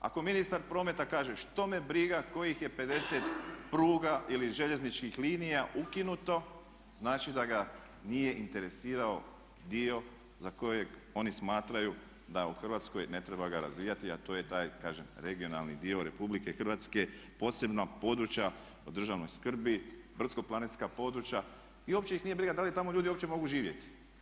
Ako ministar prometa kaže što me briga kojih je 50 pruga ili željezničkih linija ukinuto, znači da ga nije interesirao dio za kojeg oni smatraju da u Hrvatskoj ne treba ga razvijati a to je taj kažem regionalni dio RH posebno područja o državnoj skrbi, brdsko-planinska područja i opće ih nije briga da li tamo ljudi uopće mogu živjeti.